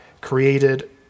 created